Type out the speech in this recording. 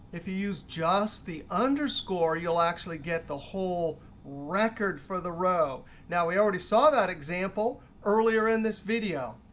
if you use just the underscore, you'll actually get the whole record for the row. now we already saw that example earlier in this video.